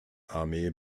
armee